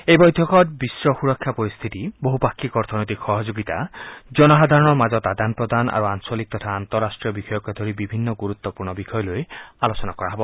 এই বৈঠকত বিশ্ব সুৰক্ষা পৰিস্থিতি বহুপাক্ষিক অৰ্থনৈতিক সহযোগিতা জনসাধাৰণৰ মাজত আদান প্ৰদান আৰু আঞ্চলিক তথা আন্তঃৰাষ্ট্ৰীয় বিষয়কে ধৰি বিভিন্ন গুৰুত্বপূৰ্ণ বিষয়ে আলোচনা কৰা হ'ব